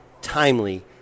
timely